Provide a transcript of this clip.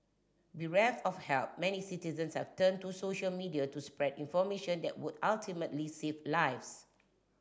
bereft of help many citizens have turned to social media to spread information that would ultimately save lives